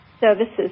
services